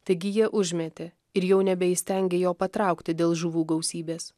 taigi jie užmetė ir jau nebeįstengė jo patraukti dėl žuvų gausybės